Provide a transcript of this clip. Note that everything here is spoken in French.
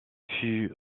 fut